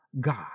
God